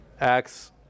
Acts